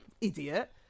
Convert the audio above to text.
Idiot